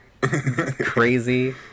Crazy